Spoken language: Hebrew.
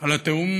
על התיאום